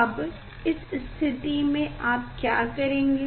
अब इस स्थिति में आप क्या करेंगे